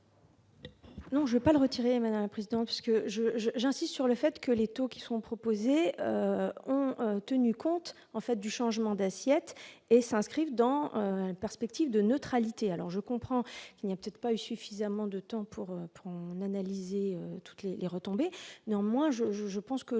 Non j'ai pas de retirer, président, ce que je, je, j'insiste sur le fait que les taux qui sont proposés ont tenu compte en fait du changement d'assiette et s'inscrivent dans une perspective de neutralité, alors je comprends, il n'y a peut-être pas eu suffisamment de temps pour analyser toutes les retombées, néanmoins je, je, je pense que